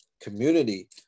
community